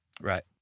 Right